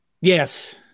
Yes